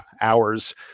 hours